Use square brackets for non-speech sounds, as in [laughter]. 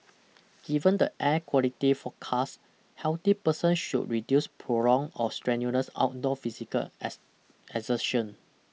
given the air quality forecast healthy person should reduce prolonged or strenuous outdoor physical [unintelligible] exertion